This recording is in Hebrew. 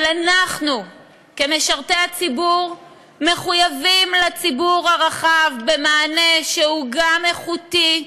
אבל אנחנו כמשרתי הציבור מחויבים לתת לציבור הרחב מענה שהוא גם איכותי,